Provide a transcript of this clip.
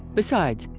besides,